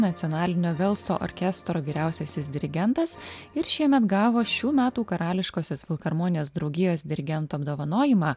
nacionalinio velso orkestro vyriausiasis dirigentas ir šiemet gavo šių metų karališkosios filharmonijos draugijos dirigento apdovanojimą